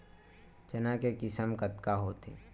चना के किसम कतका होथे?